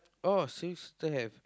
orh there have